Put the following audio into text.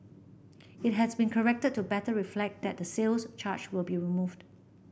it has been corrected to better reflect that the sales charge will be removed